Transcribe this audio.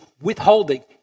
withholding